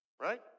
right